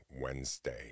Wednesday